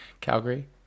Calgary